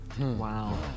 Wow